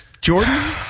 Jordan